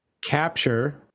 capture